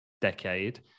decade